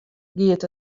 giet